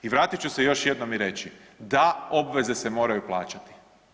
I vratit ću se još jednom i reći, da, obveze se moraju plaćati.